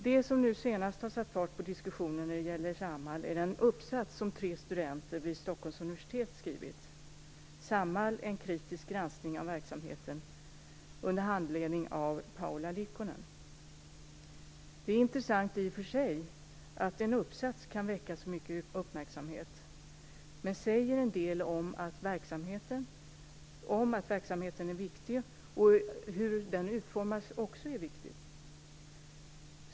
Det som senast har satt fart på diskussionen om Samhall är den uppsats som tre studenter vid Stockholms universitet skrivit, Samhall en kritisk granskning av verksamheten, under handledning av Paula Liukkonen. Det är intressant i sig att en uppsats kan väcka så mycket uppmärksamhet. Det säger en del om att frågan om hur verksamheten utformas är viktig.